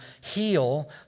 heal